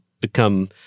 become